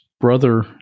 brother